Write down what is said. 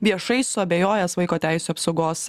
viešai suabejojęs vaiko teisių apsaugos